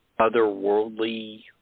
otherworldly